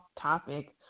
topic